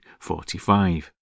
45